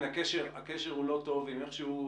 חורג ובתנאי שהם עומדים ברגולציה של חוק הפיקוח,